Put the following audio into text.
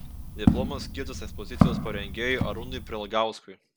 diplomas skirtas ekspozicijos parengėjui arūnui prelgauskui